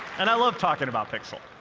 and i love talking about pixel.